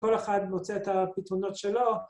‫כל אחד מוצא את הפתרונות שלו.